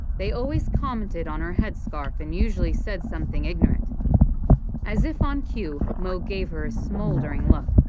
they always commented on her headscarf and usually said something ignorant as if on cue, mo gave her a smoldering look.